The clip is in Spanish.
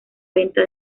venta